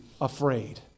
afraid